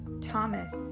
Thomas